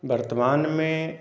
वर्तमानमे